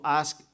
ask